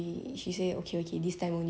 which I don't know I just don't know why like